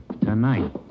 tonight